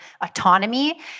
autonomy